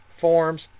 forms